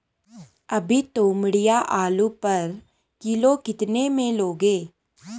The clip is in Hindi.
अभी तोमड़िया आलू पर किलो कितने में लोगे?